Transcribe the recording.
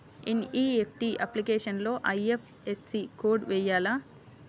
NEFT అప్లికేషన్లో IFSC code వేయాలా?